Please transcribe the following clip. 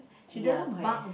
ya correct